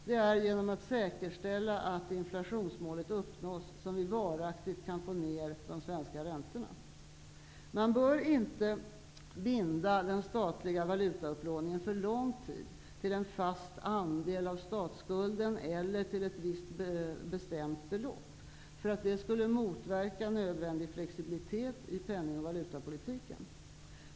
Det är genom att säkerställa att inflationsmålet uppnås som vi varaktigt kan få ned de svenska räntorna. Man bör inte binda den statliga valutaupplåningen för lång tid till en fast andel av statsskulden eller till ett visst bestämt belopp. Det skulle motverka nödvändig flexibilitet i penning och valutapolitiken.